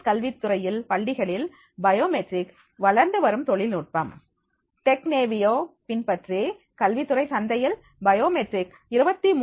S கல்வித்துறையில் பள்ளிகளில் biometric வளர்ந்து வரும் தொழில்நுட்பம் டெக் நேவியோ பின்பற்றி கல்வி துறை சந்தையில் பயோமெட்ரிக் 23